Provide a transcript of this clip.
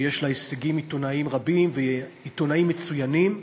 שיש לה הישגים עיתונאיים רבים ועיתונאים מצוינים,